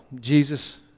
Jesus